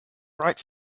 bright